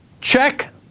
check